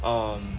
um